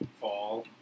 fall